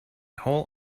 whole